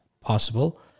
possible